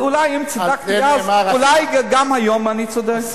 אולי אם צדקתי אז, אולי גם היום אני צודק?